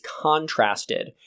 contrasted